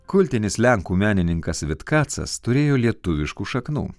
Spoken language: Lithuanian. kultinis lenkų menininkas vitkacas turėjo lietuviškų šaknų